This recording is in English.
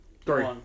three